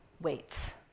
Weights